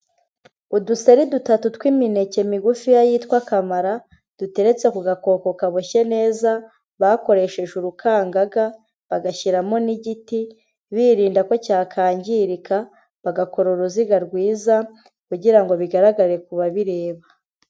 Uduseri dutatu tw'imineke migufiya yitwa kamara, duteretse ku gakoko kaboshye neza, bakoresheje urukangaga bagashyiramo n'igiti birinda ko cyakangirika, bagakora uruziga rwiza kugira ngo bigaragare ku babireba.